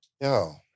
Yo